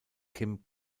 kim